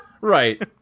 Right